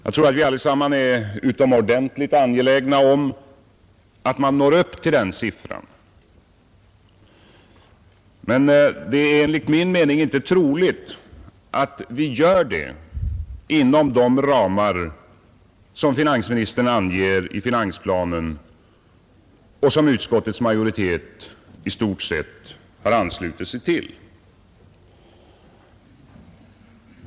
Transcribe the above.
Jag tror att vi allesammans är utomordentligt angelägna om att nå upp till den siffran, men det är enligt min mening inte troligt att vi gör det inom de ramar som finansministern anger i finansplanen och som utskottets majoritet i stort sett har anslutit sig till.